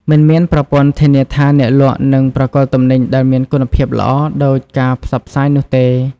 មិនមានប្រព័ន្ធធានាថាអ្នកលក់នឹងប្រគល់ទំនិញដែលមានគុណភាពល្អដូចការផ្សព្វផ្សាយនោះទេ។